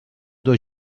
dos